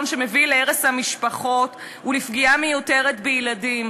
שמביא להרס המשפחות ולפגיעה מיותרת בילדים.